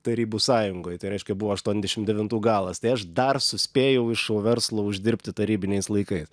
tarybų sąjungoj tai reiškia buvo aštuoniasdešim devintų galas tai aš dar suspėjau iš šou verslo uždirbti tarybiniais laikais